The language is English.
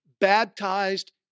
baptized